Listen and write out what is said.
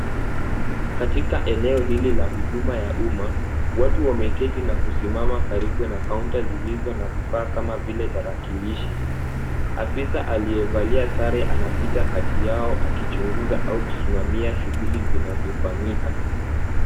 Katika eneo hili la huduma ya uma watu wameketi na kusimama karibu na kaunta zilizo na vifaa kama vile tarakilishi. Afisa aliyevalia sare anapitia kati yao akichunguza au kusimamia shughuli zinavyo fanyika.